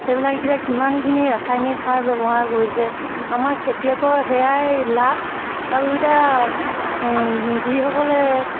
সেইবিলাক এতিয়া কিমানখিনি ৰাসায়নিক সাৰ ব্যৱহাৰ কৰিছে আমাৰ খেতিয়কৰ সেয়াই লাভ আৰু এতিয়া যিসকলে